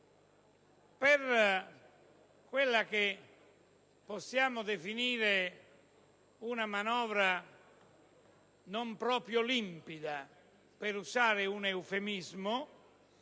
Per quella che possiamo definire una manovra non proprio limpida, per usare un eufemismo,